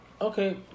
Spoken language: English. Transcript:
Okay